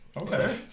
Okay